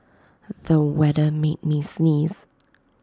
the weather made me sneeze